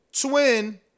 Twin